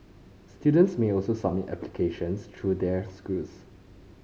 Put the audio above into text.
students may also submit applications through their schools